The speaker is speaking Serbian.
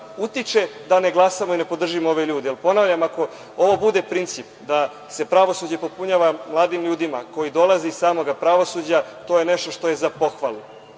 utiče da ne glasamo i ne podržimo ove ljude. Ponavljam ako ovo bude princip da se pravosuđe popunjava mladim ljudima koji dolaze iz samog pravosuđa to je nešto što je za pohvalu. Mi